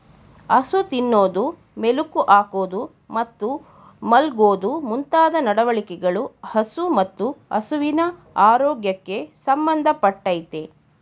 ಹಸು ತಿನ್ನೋದು ಮೆಲುಕು ಹಾಕೋದು ಮತ್ತು ಮಲ್ಗೋದು ಮುಂತಾದ ನಡವಳಿಕೆಗಳು ಹಸು ಮತ್ತು ಹಸುವಿನ ಆರೋಗ್ಯಕ್ಕೆ ಸಂಬಂಧ ಪಟ್ಟಯ್ತೆ